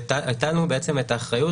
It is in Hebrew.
ביחס לכל הקיים ברשומות,